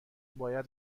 باید